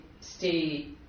stay